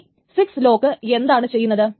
ഇനി ഈ SIX lock എന്താണ് ചെയ്യുന്നത്